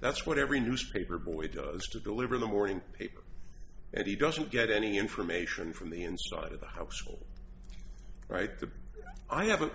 that's what every newspaper boy does to deliver the morning paper and he doesn't get any information from the inside of the house all right the i have